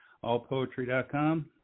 Allpoetry.com